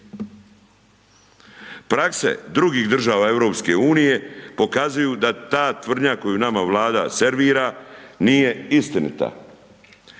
Prakse drugih država EU pokazuju da ta tvrdnja koju nama Vlada servira, nije istinita.